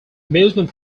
amusement